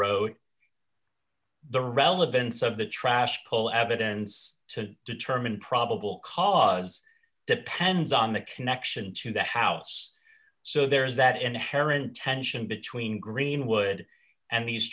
road the relevance of the trash whole evidence to determine probable cause depends on the connection to the house so there is that inherent tension between greenwood